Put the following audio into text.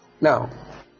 Now